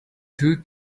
two